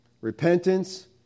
repentance